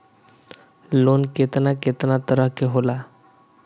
Loan केतना केतना तरह के होला?